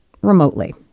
remotely